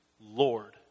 Lord